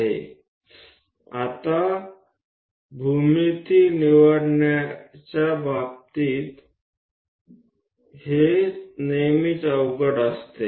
હવે ભૂમિતિ તેને પસંદ કરવાના સંદર્ભમાં તે હંમેશા મુશ્કેલ હોય છે